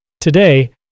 Today